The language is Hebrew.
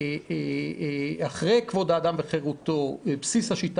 שאחרי כבוד האדם וחירותו בסיס השיטה